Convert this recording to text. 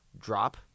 drop